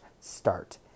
start